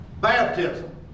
Baptism